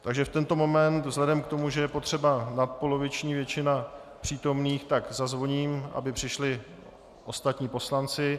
Takže v tento moment vzhledem k tomu, že je potřeba nadpoloviční většiny přítomných, tak zazvoním, aby přišli ostatní poslanci.